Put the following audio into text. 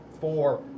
four